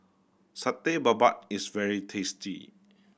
Satay Babat is very tasty